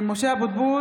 (קוראת בשמות